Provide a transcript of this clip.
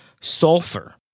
sulfur